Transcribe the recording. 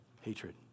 hatred